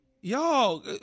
y'all